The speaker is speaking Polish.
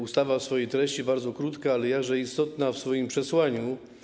Ustawa w swojej treści bardzo krótka, ale jakże istotna w swoim przesłaniu.